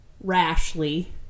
rashly